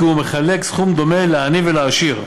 כי הוא מחלק סכום דומה לעני ולעשיר.